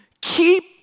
Keep